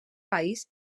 país